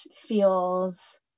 feels